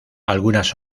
algunas